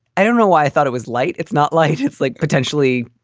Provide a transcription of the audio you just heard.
i don't know why i thought it was light. it's not light. it's like potentially,